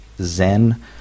Zen